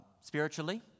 spiritually